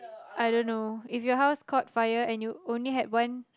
I don't know if your house caught fire and you only had one